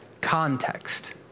context